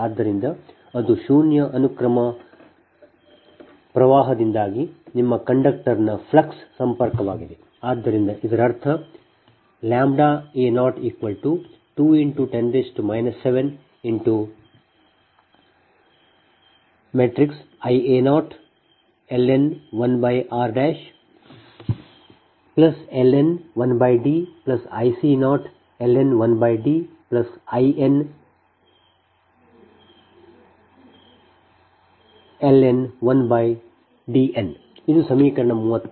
ಆದ್ದರಿಂದ ಅದು ಶೂನ್ಯ ಅನುಕ್ರಮ ಪ್ರವಾಹದಿಂದಾಗಿ ನಿಮ್ಮ ಕಂಡಕ್ಟರ್ನ ಫ್ಲಕ್ಸ್ ಸಂಪರ್ಕವಾಗಿದೆ ಆದ್ದರಿಂದ ಇದರರ್ಥ a02×10 7Ia0ln 1r ln 1D Ic0ln 1D Inln 1Dn ಇದು ಸಮೀಕರಣ 32